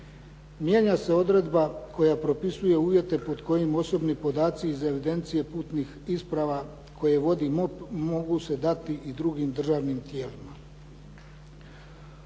mijenja se odredba koja propisuje uvjete pod kojim osobni podaci iz evidencije putnih isprava koje vodi MUP mogu se dati i drugim državnim tijelima.